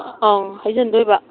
ꯑꯧ ꯍꯩꯖꯟꯗꯣꯏꯕ